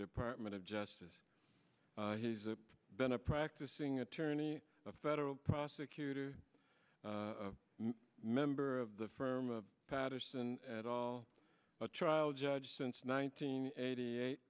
department of justice has been a practicing attorney a federal prosecutor a member of the firm of patterson at all a trial judge since nineteen eighty eight